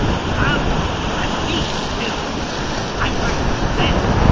zounds, i bleed still i am hurt to the death.